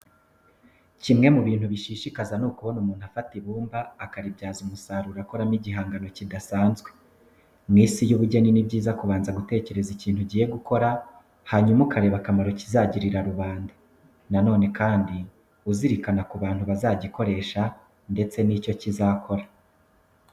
Kimwe mu bintu bishishikaza ni ukubona umuntu afata ibumba, akaribyaza umusaruro akoramo igihangano kidasanzwe. Mu Isi y'ubugeni ni byiza kubanza gutekereza ikintu ugiye gukora, hanyuma ukareba akamaro kizagirira rubanda. Na none kandi uzirikana ku bantu bazagikoresha ndetse n'icyo kizakora.